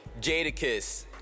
Jadakiss